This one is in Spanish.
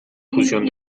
fusión